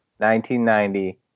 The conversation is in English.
1990